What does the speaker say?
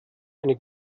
eine